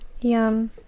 yum